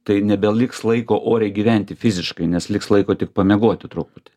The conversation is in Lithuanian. tai nebeliks laiko oriai gyventi fiziškai nes liks laiko tik pamiegoti truputį